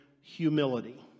humility